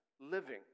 living